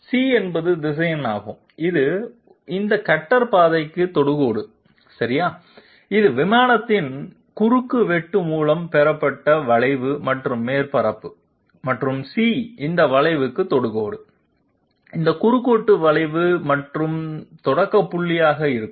c என்பது திசையன் ஆகும் இது இந்த கட்டர் பாதைக்கு தொடுகோடு சரி இது விமானத்தின் குறுக்குவெட்டு மூலம் பெறப்பட்ட வளைவு மற்றும் மேற்பரப்பு மற்றும் சி இந்த வளைவுக்கு தொடுகோடு இந்த குறுக்குவெட்டு வளைவு மற்றும் தொடக்க புள்ளியாக இருக்கும்